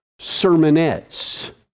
sermonettes